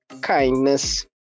kindness